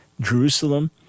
Jerusalem